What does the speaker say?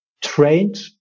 trained